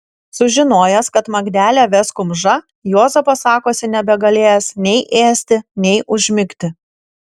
sužinojęs kad magdelę ves kumža juozapas sakosi nebegalėjęs nei ėsti nei užmigti